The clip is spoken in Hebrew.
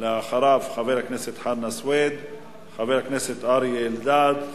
5677, 5692, 5698, 5706 ו-5725.